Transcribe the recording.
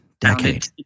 decade